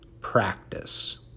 practice